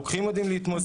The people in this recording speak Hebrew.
הרוקחים יודעים להתמודד עם